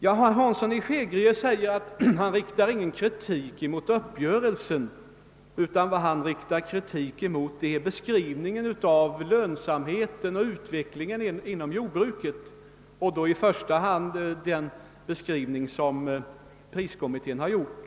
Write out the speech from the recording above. Herr Hansson i Skegrie riktar kritik icke mot uppgörelsen utan mot beskrivningen av lönsamheten och av utvecklingen inom jordbruket, i första hand då den beskrivning som priskommittén har gjort.